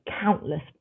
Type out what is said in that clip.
countless